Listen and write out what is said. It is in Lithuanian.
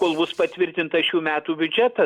kol bus patvirtintas šių metų biudžetas